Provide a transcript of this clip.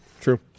True